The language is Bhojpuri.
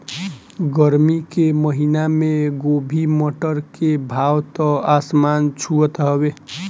गरमी के महिना में गोभी, मटर के भाव त आसमान छुअत हवे